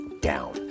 down